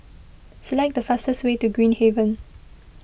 select the fastest way to Green Haven